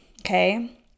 okay